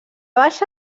baixa